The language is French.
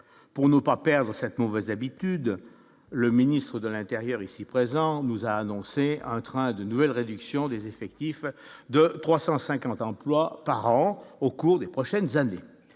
pour nos pas perdre cette mauvaise habitude, le ministre de l'Intérieur, ici présent, nous a annoncé un train de nouvelles réductions des effectifs de 350 emplois par an au cours des prochaines années,